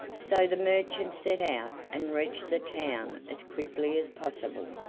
so the merchant set out and reached the town as quickly as possible,